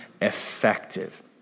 effective